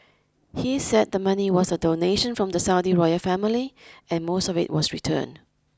he said the money was a donation from the Saudi royal family and most of it was returned